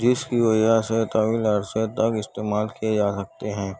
جس کی وجہ سے طویل عرصے تک استعمال کیے جا سکتے ہیں